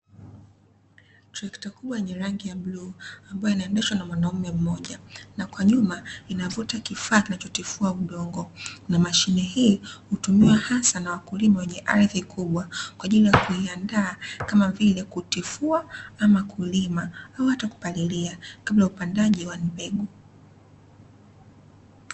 Trekta kubwa yenye rangi ya bluu, ambayo inaendeshwa na mwanaume mmoja, na kwa nyuma inavuta kifaa kinachotifua udongo na mashine hii hutumiwa hasa na wakulima wenye ardhi kubwa kwa ajili ya kuiandaa, kama vile; kutifua ama kulima au hata kupalilia kabla ya upandaji wa mbegu.